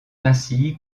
ainsi